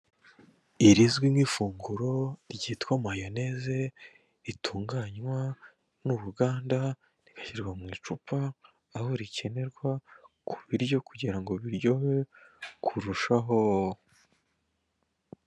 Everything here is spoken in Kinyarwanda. Irizwi nk'ifunguro ryitwa mayoneze ritunganywa n'uruganda rigashyirwa mu icupa, aho rikenerwa ku biryo kugira ngo biryohe kurushaho.